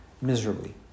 miserably